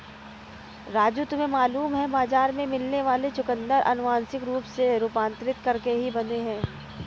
राजू तुम्हें मालूम है बाजार में मिलने वाले चुकंदर अनुवांशिक रूप से रूपांतरित करके ही बने हैं